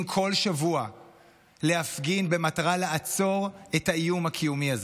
בכל שבוע להפגין במטרה לעצור את האיום הקיומי הזה.